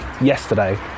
yesterday